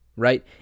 Right